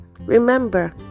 remember